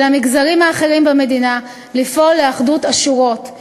ולמגזרים האחרים במדינה לפעול לאחדות השורות,